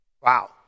Wow